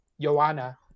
Joanna